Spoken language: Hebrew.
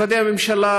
משרדי הממשלה,